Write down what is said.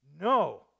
No